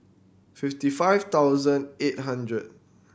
fifty five thousand eight hundred